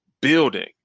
building